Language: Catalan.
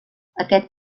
aquest